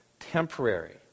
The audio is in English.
temporary